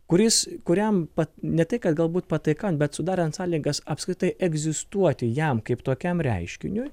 kuris kuriam pat ne tai kad galbūt pataikaujant bet sudarant sąlygas apskritai egzistuoti jam kaip tokiam reiškiniui